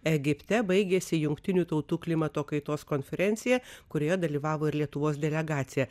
egipte baigėsi jungtinių tautų klimato kaitos konferencija kurioje dalyvavo ir lietuvos delegacija